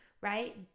right